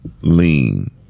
lean